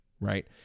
right